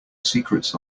secrets